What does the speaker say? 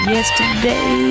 Yesterday